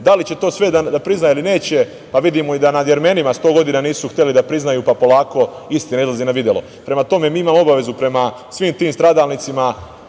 Da li će to svet da prizna ili neće, pa vidimo i da nad Jermenima 100 godina nisu hteli da priznaju, pa polako istina izlazi na videlo. Prema tome, mi imamo obavezu prema svim tim stradalnicima